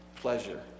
pleasure